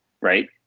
right